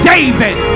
David